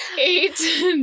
eight